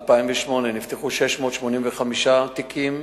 בשנת 2008 נפתחו 685 תיקים